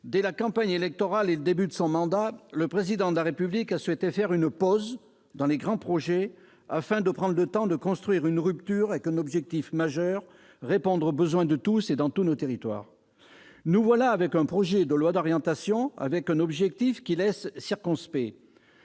dès la campagne électorale et le début de son mandat, avait souhaité faire une pause dans les grands projets, afin de prendre le temps de construire une rupture, avec un objectif majeur : répondre aux besoins de tous et dans tous nos territoires. Nous voilà avec un projet de loi d'orientation doté d'un objectif qui laisse circonspect.